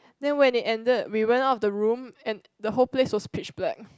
then when it ended we went out the room and the whole place was splish black